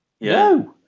No